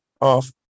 off